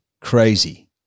Crazy